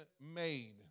made